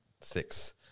six